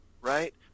right